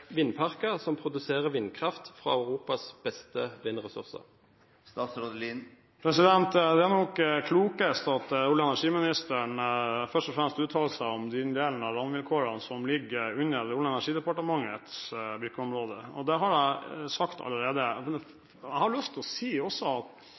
vindparker som produserer vindkraft fra Europas beste vindressurser? Det er nok klokest at olje- og energiministeren først og fremst uttaler seg om den delen av rammevilkårene som ligger under Olje- og energidepartementets virkeområde. Det har jeg sagt allerede.